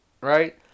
right